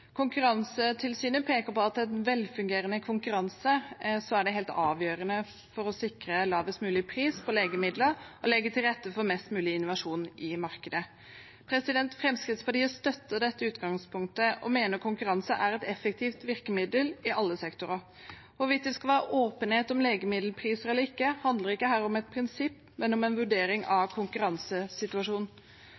Konkurransetilsynet peker på at en velfungerende konkurranse er helt avgjørende for å sikre lavest mulig pris på legemidler og for å legge til rette for mest mulig innovasjon i markedet. Fremskrittspartiet støtter dette utgangspunktet og mener at konkurranse er et effektivt virkemiddel i alle sektorer. Hvorvidt det skal være åpenhet om legemiddelpriser eller ikke, handler ikke her om et prinsipp, men om en vurdering av